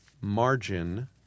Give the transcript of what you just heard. margin